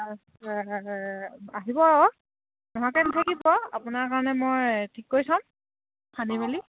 আচ্ছা আহিব আৰু নহাকৈ নাথাকিব আপোনাৰ কাৰণে মই ঠিক কৰি থ'ম খান্দি মেলি